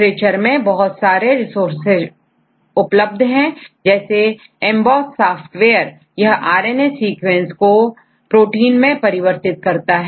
literature में बहुत सारे रिसोर्सेज उपलब्ध है जैसेEMBOSS सॉफ्टवेयर यह आरएनए सीक्वेंस को प्रोटीन में परिवर्तित करता है